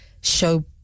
show